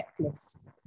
checklist